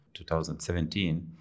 2017